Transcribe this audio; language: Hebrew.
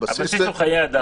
הוא חיי אדם.